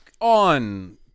on